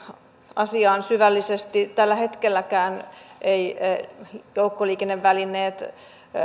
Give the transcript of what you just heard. asiaan syvällisesti tällä hetkelläkään eivät läheskään kaikki joukkoliikennevälineet